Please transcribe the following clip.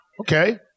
okay